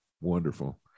Wonderful